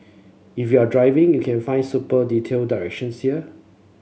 if you're driving you can find super detailed directions here